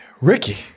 Ricky